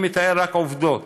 אני מתאר רק עובדות.